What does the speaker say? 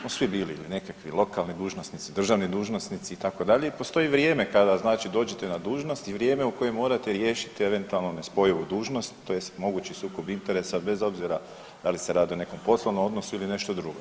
smo svi bili nekakvi lokalni dužnosnici, državni dužnosnici itd. i postoji vrijeme kada znači dođete na dužnost i vrijeme u kojem morate riješit eventualno nespojivo dužnost a tj. mogući sukob interesa bez obzira da li se radi o nekom poslovnom odnosu ili nešto drugo.